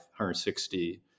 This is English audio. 160